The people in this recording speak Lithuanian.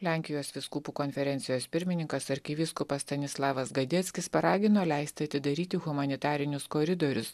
lenkijos vyskupų konferencijos pirmininkas arkivyskupas stanislavas gadeckis paragino leisti atidaryti humanitarinius koridorius